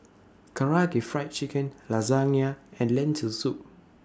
Karaage Fried Chicken Lasagne and Lentil Soup